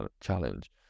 challenge